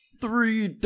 Three